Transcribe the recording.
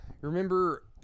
remember